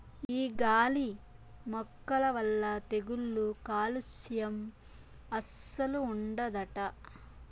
ఈ గాలి మొక్కల వల్ల తెగుళ్ళు కాలుస్యం అస్సలు ఉండదట